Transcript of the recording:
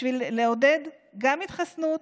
בשביל לעודד גם התחסנות,